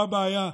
מה הבעיה?